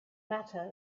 matter